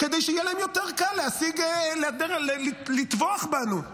כדי שיהיה להם יותר קל לטבוח בנו,